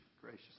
gracious